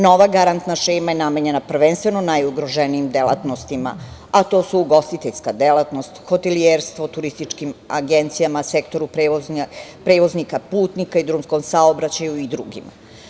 Nova garantna šema je namenjena prvenstveno najugroženijim delatnostima, a to su ugostiteljska delatnost, hotelijerstvo, turističkim agencijama, sektoru prevoznika putnika, drumskom saobraćaju i drugima.